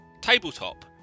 tabletop